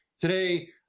Today